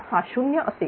हा 0 असेल